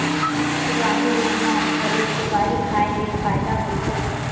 सुकरानू रोग म घलो सुपारी खाए ले फायदा मिलथे